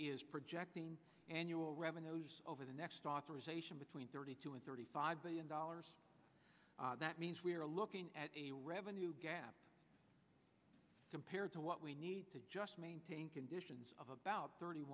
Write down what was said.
is projecting annual revenue over the next authorization between thirty two and thirty five billion dollars that means we're looking at a revenue gap compared to what we need to just maintain conditions of about thirty